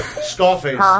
Scarface